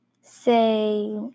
say